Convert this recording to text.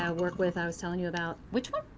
i work with i was telling you about? which one?